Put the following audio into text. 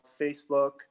Facebook